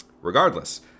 Regardless